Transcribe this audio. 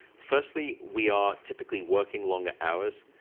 firstly, we are typically working longer hours,